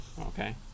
Okay